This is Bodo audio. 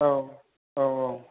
औ औ औ